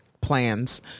plans